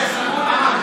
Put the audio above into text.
לך.